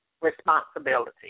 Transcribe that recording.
responsibility